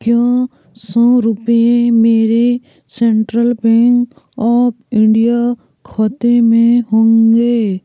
क्या सौ रुपये मेरे सेंट्रल बैंक ऑफ इंडिया खाते में होंगे